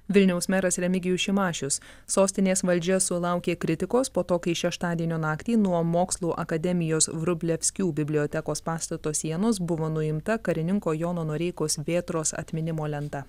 vilniaus meras remigijus šimašius sostinės valdžia sulaukė kritikos po to kai šeštadienio naktį nuo mokslų akademijos vrublevskių bibliotekos pastato sienos buvo nuimta karininko jono noreikos vėtros atminimo lenta